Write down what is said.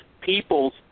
peoples